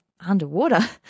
underwater